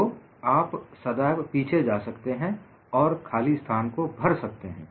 तो आप सदैव पीछे जा सकते हैं और खाली स्थान को भर सकते हैं